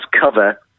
cover